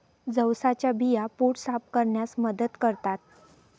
जवसाच्या बिया पोट साफ ठेवण्यास मदत करतात